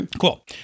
Cool